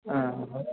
హా